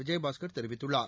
விஜயபாஸ்கர் தெரிவித்துள்ளார்